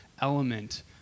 element